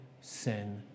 sin